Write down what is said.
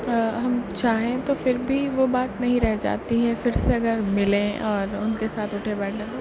ہم چاہیں تو پھر بھی وہ بات نہیں رہ جاتی ہے پھر سے اگر ملیں اور ان کے ساتھ اٹھے بیٹھیں